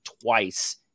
twice